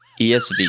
ESV